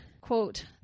quote